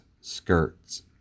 skirts